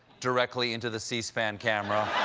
directly into the c-span camera.